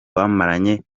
bamaranye